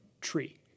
tree